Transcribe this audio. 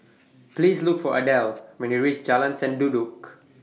Please Look For Adel when YOU REACH Jalan Sendudok